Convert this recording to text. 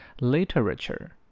Literature